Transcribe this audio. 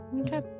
Okay